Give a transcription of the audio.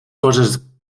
coses